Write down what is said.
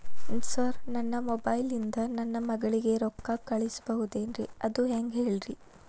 sir ನನ್ನ mobile ಇಂದ ನನ್ನ ಮಗಳಿಗೆ ರೊಕ್ಕಾ ಕಳಿಸಬಹುದೇನ್ರಿ ಅದು ಹೆಂಗ್ ಹೇಳ್ರಿ